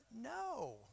No